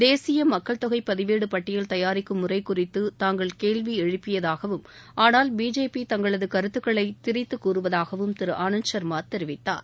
தேசிய மக்கள் தொகை பதிவேடு பட்டியல் தயாரிக்கும் முறை குறித்து தாங்கள் கேள்வி எழுப்பியதாகவும் ஆனால் பிஜேபி தங்களது கருத்துக்களை திரித்து கூறுவதாகவும் திரு ஆனந்த் சர்மா தெரிவித்தார்